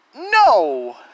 No